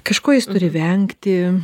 kažko jis turi vengti